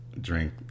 drink